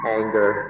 anger